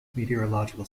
meteorological